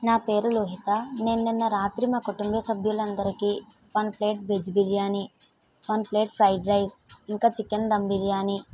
నా పేరు లోహిత నేను నిన్న రాత్రి మా కుటుంబ సభ్యులందరికి one plate veg biryani one plate fried rice ఇంకా చికెన్ దమ్ బిర్యానీ